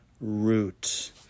root